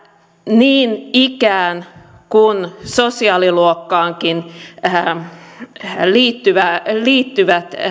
niin ikään kuin sosiaaliluokkaankin liittyvät